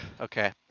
okay